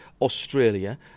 Australia